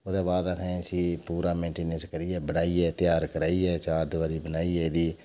ओह्दे बाद असें भी इस्सी पूरा मेंटेनेंस करियै बनाइयै त्यार कराइयै चारदिवारी बनाइयै एह्दी